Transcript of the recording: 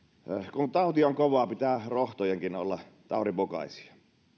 kun tauti on kova pitää rohtojenkin olla taudin mukaisia